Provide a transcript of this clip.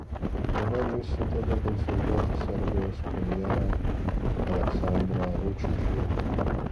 dabar jis sutiko konsultuoti serbijos premjerą aleksandrą vučičių